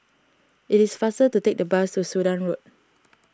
it is faster to take the bus to Sudan Road